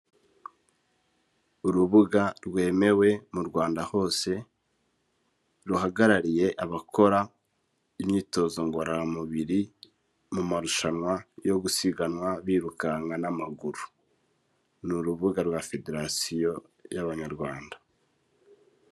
Urubuga rwemewe mu Rwanda hose ruhagarariye abakora imyitozo ngororamubiri mu marushanwa yo gusiganwa birukanka n'amaguru. Ni urubuga rwa federasiyo y'abanyarwanda.